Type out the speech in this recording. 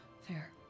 Fair